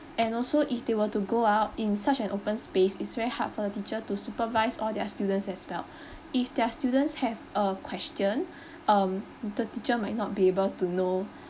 and also if they were to go out in such an open space it's very hard for the teacher to supervise all their students as well if their students have a question um the teacher might not be able to know